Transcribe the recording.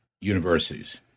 universities